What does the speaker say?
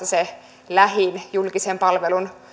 se lähin julkisen palvelun